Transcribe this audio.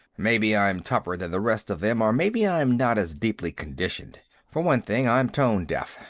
maybe i'm tougher than the rest of them, or maybe i'm not as deeply conditioned. for one thing, i'm tone-deaf.